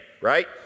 right